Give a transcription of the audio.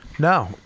No